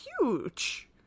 huge